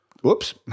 Whoops